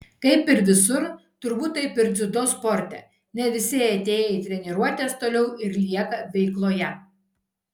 kaip ir visur turbūt taip ir dziudo sporte ne visi atėję į treniruotes toliau ir lieka veikloje